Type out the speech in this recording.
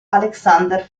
alexander